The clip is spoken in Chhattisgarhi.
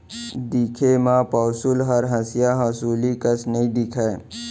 दिखे म पौंसुल हर हँसिया हँसुली कस नइ दिखय